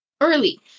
early